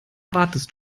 wartest